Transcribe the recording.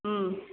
ꯎꯝ